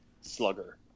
slugger